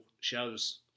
shows